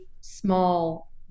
small